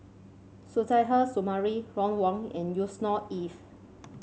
Suzairhe Sumari Ron Wong and Yusnor Ef